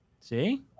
See